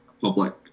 public